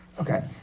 Okay